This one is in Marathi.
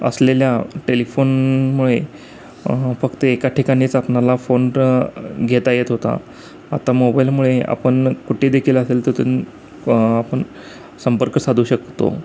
असलेल्या टेलिफोनमुळे फक्त एका ठिकाणीच आपणाला फोन घेता येत होता आता मोबाईलमुळे आपण कुठेदेखील असेल तिथून आपण संपर्क साधू शकतो